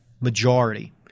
majority